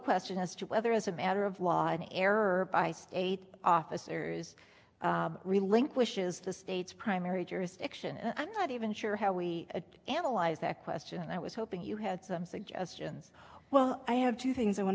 question as to whether as a matter of law an error by state officers relinquish is the state's primary jurisdiction i'm not even sure how we analyze that question and i was hoping you had some suggestions well i have two things i want